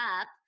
up